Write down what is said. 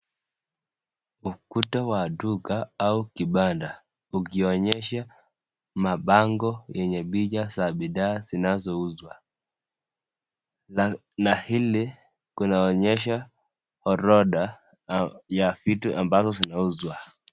Ukuta wa duka au kibanda ukionyesha mabango yenye picha za bithaa zinazouzwa na hili kunaonyesha orodha ya vitu ambazo zinauzwa.